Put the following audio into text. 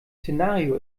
szenario